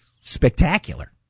spectacular